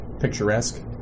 picturesque